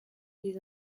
les